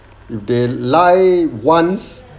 if they lie once